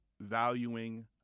valuing